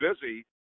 busy